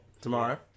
tomorrow